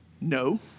No